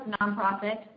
nonprofit